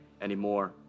anymore